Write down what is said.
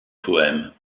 poème